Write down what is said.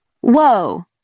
Whoa